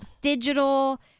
digital